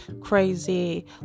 crazy